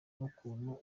n’ukuntu